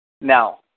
Now